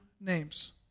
names